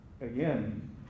Again